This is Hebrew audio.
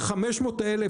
500 האלה,